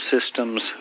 systems